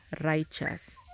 righteous